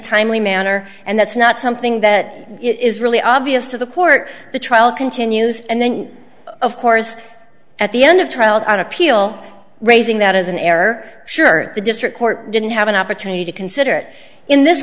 timely manner and that's not something that is really obvious to the court the trial continues and then of course at the end of trial on appeal raising that as an error sure the district court didn't have an opportunity to consider it in this